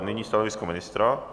Nyní stanovisko ministra?